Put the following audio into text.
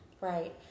Right